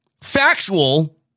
factual